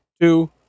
two